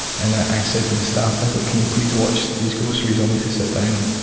and i said to the staff, ah like can you please watch these groceries, i need to sit down,